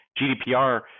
GDPR